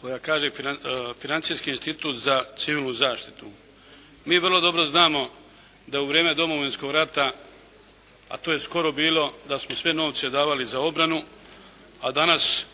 koja kaže financijski institut za civilnu zaštitu. Mi vrlo dobro znamo da u vrijeme Domovinskog rata, a to je skoro bilo, da smo sve novce davali za obranu, a danas